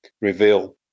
reveal